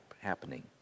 happening